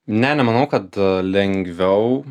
ne nemanau kad lengviau